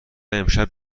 امشب